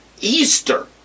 Easter